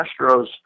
Astros